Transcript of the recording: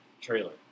trailer